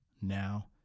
now